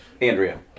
Andrea